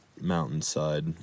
mountainside